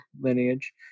lineage